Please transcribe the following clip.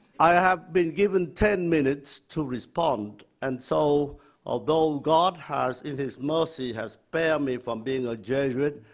i have been given ten minutes to respond, and so although god has, in his mercy, has spared me from being a jesuit,